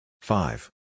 Five